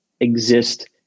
exist